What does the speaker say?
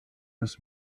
des